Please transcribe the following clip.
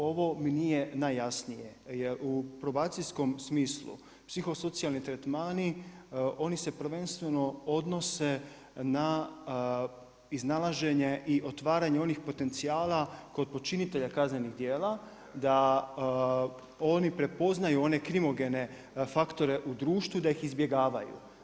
Ovo mi nije najjasnije jel u probacijskom smislu psihosocijalni tretmani oni se prvenstveno odnose na iznalaženje i otvaranje onih potencijala kod počinitelja kaznenih djela da oni prepoznaju one krimogene faktore u društvu i da ih izbjegavaju.